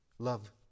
Love